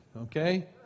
okay